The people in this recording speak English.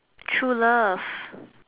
true love